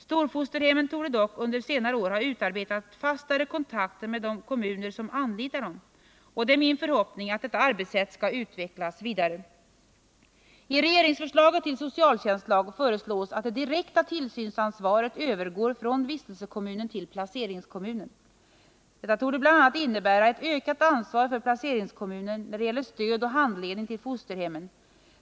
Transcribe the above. Storfosterhemmen torde dock under senare år ha utarbetat fastare kontakter med de kommuner som anlitar dem, och det är min förhoppning att detta arbetssätt skall utvecklas vidare. överflyttas från vistelsekommunen till placeringskommunen. Detta torde bl.a. innebära ett ökat ansvar för placeringskommunen när det gäller stöd och handledning till fosterhemmen.